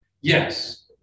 Yes